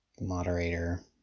moderator